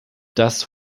das